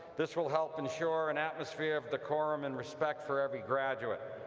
this will help ensure an atmosphere of decorum and respect for every graduate.